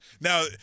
Now